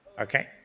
okay